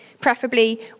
preferably